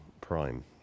prime